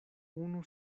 unu